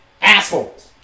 assholes